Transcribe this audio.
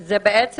בעצם,